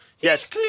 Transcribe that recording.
Yes